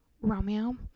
Romeo